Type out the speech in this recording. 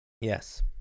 Yes